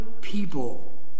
people